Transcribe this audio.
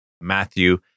Matthew